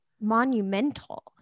monumental